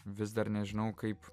vis dar nežinau kaip